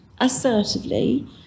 assertively